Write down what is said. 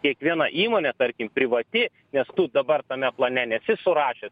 kiekviena įmonė tarkim privati nes tu dabar tame plane nesi surašęs